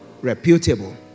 reputable